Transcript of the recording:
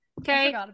Okay